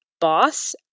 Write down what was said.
boss